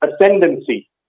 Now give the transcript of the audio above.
ascendancy